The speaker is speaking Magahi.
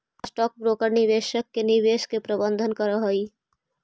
स्टॉक ब्रोकर निवेशक के निवेश के प्रबंधन करऽ हई